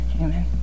Amen